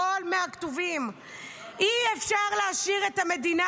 הכול מהכתובים: "אי-אפשר להשאיר את המדינה